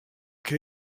que